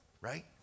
right